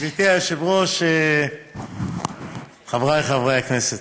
גברתי היושבת-ראש, חבריי חברי הכנסת,